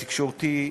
התקשורתי,